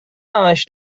همش